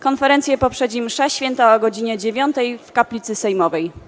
Konferencję poprzedzi msza święta o godz. 9 w kaplicy sejmowej.